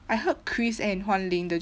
I heard chris and huan ling the